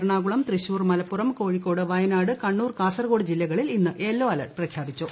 എറണാകുളം തൃശൂർ മലപ്പുറം കോഴിക്കോട് വയനാട് കണ്ണൂർ കാസർഗോഡ് ജില്ലകളിൽ ഇന്ന് yellow alert പ്രഖ്യാപിച്ചു